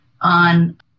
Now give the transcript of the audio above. on